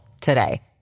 today